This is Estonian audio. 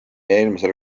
eelmisel